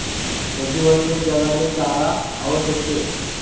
सजीवसले जगाले चारा आवश्यक शे